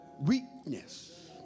weakness